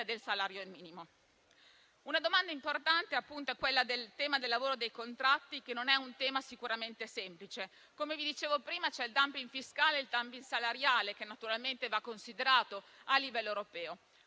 del salario minimo. Una domanda importante riguarda il tema del lavoro e dei contratti, che non è sicuramente semplice. Come dicevo prima, c'è il *dumping* fiscale e il *dumping* salariale che va considerato a livello europeo.